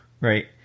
right